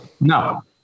no